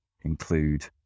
include